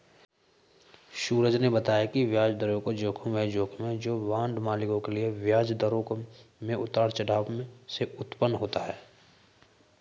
सूरज ने बताया कि ब्याज दर जोखिम वह जोखिम है जो बांड मालिकों के लिए ब्याज दरों में उतार चढ़ाव से उत्पन्न होता है